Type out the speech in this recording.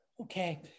okay